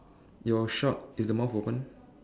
your shark is the mouth open